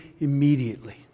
immediately